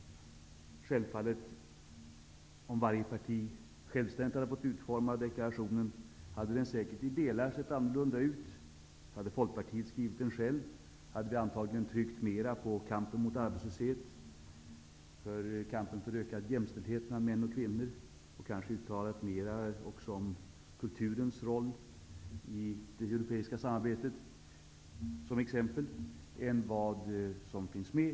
Om varje parti självständigt hade fått utforma deklarationen hade den säkert sett annorlunda ut i vissa delar. Om Folkpartiet hade skrivit den självt, hade vi antagligen tryckt mer på kampen mot arbetslöshet, kampen för ökad jämställdhet mellan män och kvinnor och kanske uttalat mer om kulturens roll i det europeiska samarbetet än vad som nu finns med.